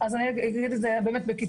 אז אני אגיד את זה באמת בקיצור,